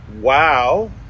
wow